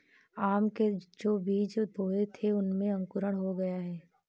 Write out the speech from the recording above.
आम के जो बीज बोए थे उनमें अंकुरण हो गया है